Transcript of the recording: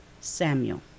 Samuel